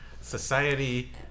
society